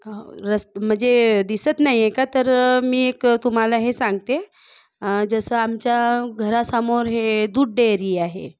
हो म्हणजे दिसत नाही आहे का तर मी एक तुम्हाला हे सांगते जसं आमच्या घरासमोर हे दूध डेअरी आहे